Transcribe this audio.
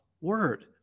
word